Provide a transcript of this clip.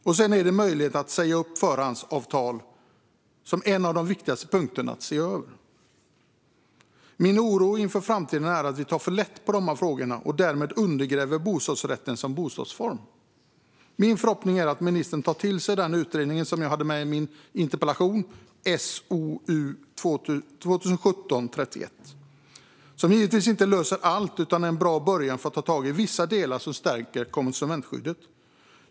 Därutöver är möjligheten att säga upp förhandsavtal en av de viktigaste punkterna att se över. Min oro inför framtiden är att vi tar för lätt på dessa frågor och därmed undergräver bostadsrätten som bostadsform. Min förhoppning är att ministern tar till sig den utredning, SOU 2017:31, som jag hade med i min interpellation. Den löser givetvis inte allt, men den är en bra början för att ta tag i vissa delar som stärker konsumentskyddet.